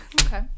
Okay